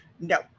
no